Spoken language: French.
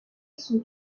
son